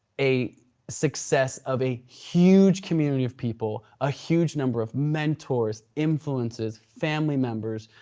a success of a huge community of people, a huge number of mentors, influences, family members,